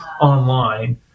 online